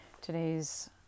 Today's